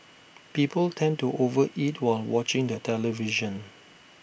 people tend to over eat while watching the television